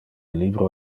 libro